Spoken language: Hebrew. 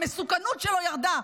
המסוכנות שלו ירדה.